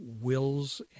wills